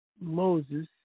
Moses